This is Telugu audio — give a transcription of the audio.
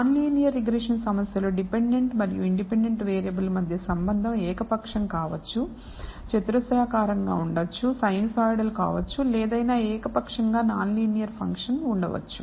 నాన్ లీనియర్ రిగ్రెషన్ సమస్యలో డిపెండెంట్ మరియు ఇండిపెండెంట్ వేరియబుల్ మధ్య సంబంధం ఏకపక్షంగా కావచ్చు చతురస్రాకారంగా ఉండవచ్చు సైనూసోయిడల్ కావచ్చు లేదా ఏదైనా ఏకపక్షంగా నాన్ లీనియర్ ఫంక్షన్ ఉండవచ్చు